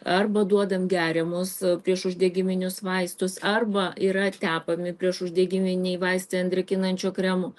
arba duodam geriamus priešuždegiminius vaistus arba yra tepami priešuždegiminiai vaistai ant drėkinančio kremo